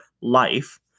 life